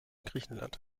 griechenland